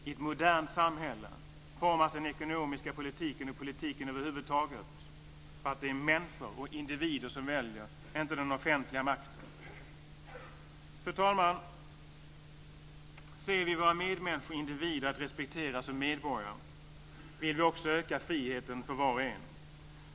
I ett modernt samhälle formas den ekonomiska politiken och politiken över huvud taget, för att det är människor och individer som väljer, inte den offentliga makten. Fru talman! Ser vi våra medmänniskor som individer, att respekteras som medborgare, vill vi också öka friheten för var och en.